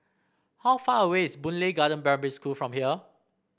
how far away is Boon Lay Garden Primary School from here